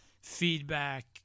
feedback